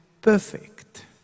perfect